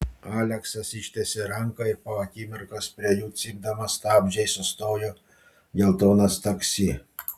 aleksas ištiesė ranką ir po akimirkos prie jų cypdamas stabdžiais sustojo geltonas taksi